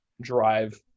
drive